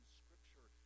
scripture